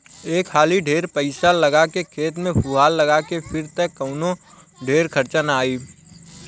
एक हाली ढेर पईसा लगा के खेत में फुहार लगा के फिर त कवनो ढेर खर्चा ना आई